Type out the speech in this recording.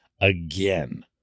again